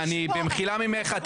במחילה ממך,